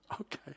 Okay